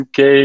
uk